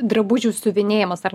drabužių siuvinėjamas ar